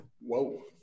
Whoa